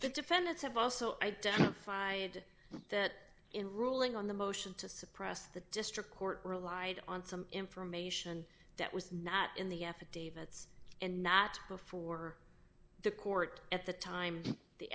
the defendants have also identified that in ruling on the motion to suppress the district court relied on some information that was not in the affidavits and not before the court at the time the